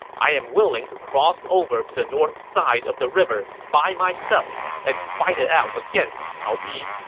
i am willing to cross over to the north side of the river by myself and fight it out against cao pi.